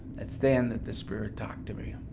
it's then that the spirit talked to me.